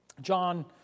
John